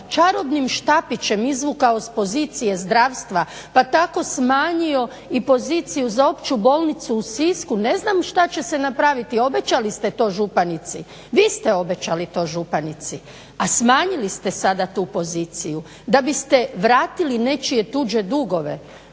čarobnim štapićem i izvukao s pozicije zdravstva pa tako smanjio i poziciju za Opću bolnicu u Sisku ne znam što će se napraviti, obećali ste to županici, vi ste obećali to županici, a smanjili ste sada tu poziciju da biste vratili nečije tuđe dugove